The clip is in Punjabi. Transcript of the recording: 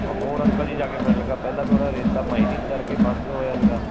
ਉਹ ਹੁਣ ਅੰਕਲ ਜੀ ਜਾ ਕੇ ਮਿਲਣ ਲੱਗਾ ਪਹਿਲਾਂ ਥੋੜ੍ਹਾ ਰੇਤਾ ਮਾਨਿੰਗ ਕਰਕੇ ਬੰਦ ਹੋਇਆ ਸੀਗਾ